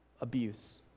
Abuse